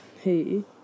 hey